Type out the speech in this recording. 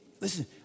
Listen